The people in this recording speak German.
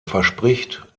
verspricht